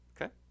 Okay